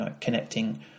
connecting